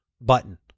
button